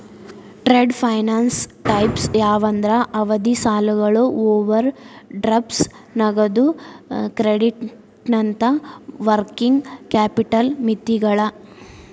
trade finance types ಯಾವಂದ್ರ ಅವಧಿ ಸಾಲಗಳು ಓವರ್ ಡ್ರಾಫ್ಟ್ ನಗದು ಕ್ರೆಡಿಟ್ನಂತ ವರ್ಕಿಂಗ್ ಕ್ಯಾಪಿಟಲ್ ಮಿತಿಗಳ